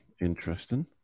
interesting